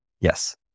Yes